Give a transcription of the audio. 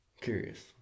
curious